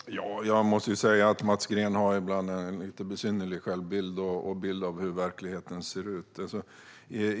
Herr talman! Jag måste säga att Mats Green ibland har en lite besynnerlig självbild och bild av hur verkligheten ser ut.